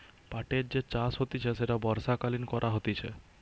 পাটের যে চাষ হতিছে সেটা বর্ষাকালীন করা হতিছে